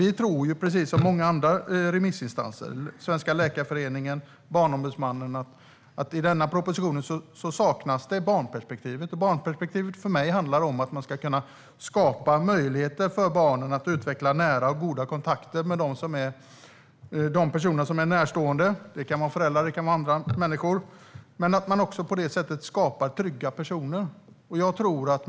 Vi tycker, precis som många remissinstanser, såsom Sveriges läkarförbund och Barnombudsmannen, att barnperspektivet saknas i denna proposition. Barnperspektivet handlar för mig om att man ska kunna skapa möjligheter för barnen att utveckla nära och goda kontakter med de personer som är närstående - föräldrar eller andra människor. På det sättet skapar man också trygga personer.